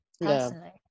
personally